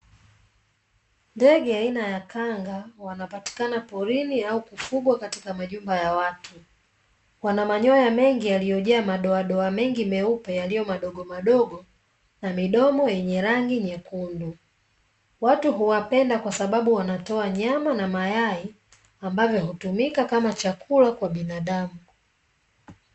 Ndege aina ya kanga wanapatikana porini au kufugwa katika majumba ya watu, wanamanyoya mengi yaliyojaa madoadoa mengi meupe yaliyo madogomadogo na midomo yenye rangi nyekundu, watu huwapenda kwa sababu wanatoa nyama na ambavyo hutumika kama chakula kwa binadamu.